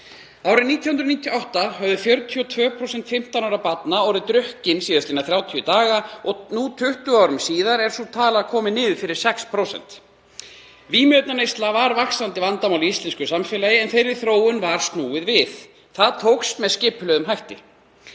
Árið 1998 höfðu 42% 15 ára barna orðið drukkin síðastliðna 30 daga og nú, 20 árum síðar, er sú tala komin niður fyrir 6%. Vímuefnaneysla var vaxandi vandamál í íslensku samfélagi en þeirri þróun var snúið við. Það tókst með skipulögðum hætti.